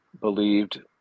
believed